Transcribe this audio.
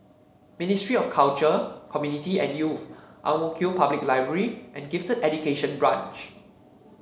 Ministry of Culture Community and Youth Ang Mo Kio Public Library and Gifted Education Branch